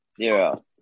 zero